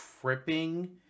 tripping